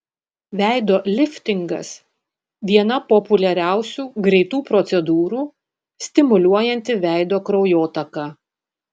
veido liftingas viena populiariausių greitų procedūrų stimuliuojanti veido kraujotaką